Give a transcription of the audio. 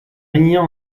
rien